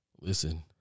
listen